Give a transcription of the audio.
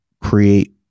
create